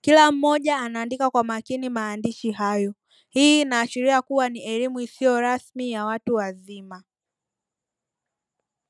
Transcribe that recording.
kila mmoja anaandika kwa makini maandishi hayo, hii inaashiria kuwa ni elimu isiyo rasmi ya watu wazima.